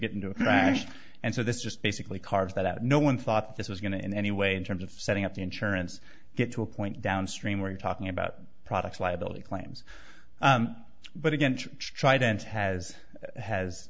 get into a crash and so this is just basically cards that no one thought this was going to in any way in terms of setting up the insurance get to a point downstream where you're talking about products liability claims but again tried and has has